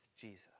Jesus